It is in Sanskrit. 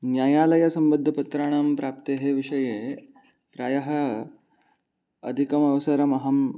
न्यायालयसम्बद्धपत्राणां प्राप्तेः विषये प्रायः अधिकमवसरमहं